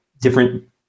different